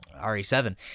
re7